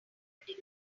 hundred